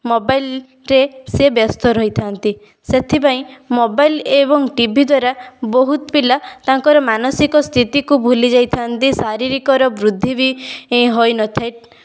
ମୋବାଇଲରେ ସିଏ ବ୍ୟସ୍ତ ରହିଥାନ୍ତି ସେଥିପାଇଁ ମୋବାଇଲ ଏବଂ ଟି ଭି ଦ୍ବାରା ବହୁତ ପିଲା ତାଙ୍କର ମାନସିକ ସ୍ଥିତିକୁ ଭୁଲିଯାଇଥାନ୍ତି ଶାରୀରିକର ବୃଦ୍ଧିବି ହୋଇନଥାଏ